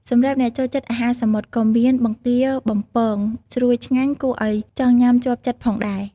សម្រាប់អ្នកចូលចិត្តអាហារសមុទ្រ ក៏មាន បង្គាបំពង ស្រួយឆ្ងាញ់គួរឲ្យចង់ញ៉ាំជាប់ចិត្តផងដែរ។